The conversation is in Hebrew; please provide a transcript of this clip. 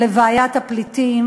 לבעיית הפליטים,